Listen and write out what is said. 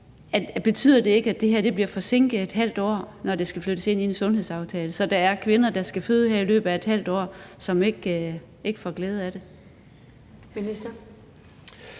Betyder det ikke, at det her bliver forsinket et halvt år, når det skal flyttes ind i en sundhedsaftale, altså så der er kvinder, der skal føde her i løbet af et halvt år, som ikke får glæde af det?